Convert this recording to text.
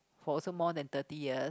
for also more than thirty years